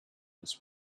this